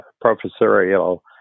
professorial